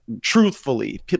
truthfully